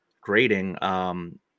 grading